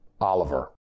Oliver